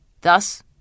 Thus